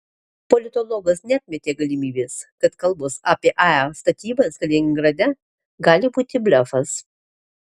politologas neatmetė galimybės kad kalbos apie ae statybas kaliningrade gali būti blefas